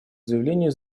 заявление